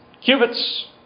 cubits